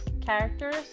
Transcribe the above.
characters